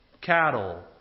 cattle